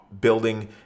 building